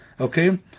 Okay